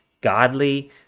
godly